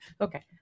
Okay